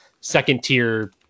second-tier